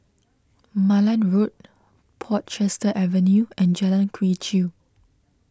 Malan Road Portchester Avenue and Jalan Quee Chew